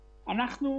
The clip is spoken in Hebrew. המתוקצבות?